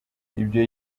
ibyo